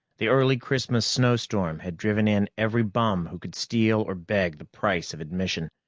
the early christmas snowstorm had driven in every bum who could steal or beg the price of admission,